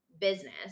business